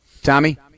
Tommy